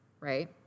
right